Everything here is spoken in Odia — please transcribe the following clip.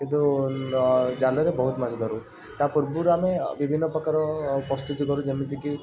କିନ୍ତୁ ଜାଲରେ ବହୁତ ମାଛ ଧରୁ ତା' ପୂର୍ବରୁ ଆମେ ବିଭିନ୍ନ ପ୍ରକାର ପସ୍ତୁତି କରୁ ଯେମିତିକି